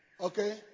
Okay